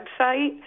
website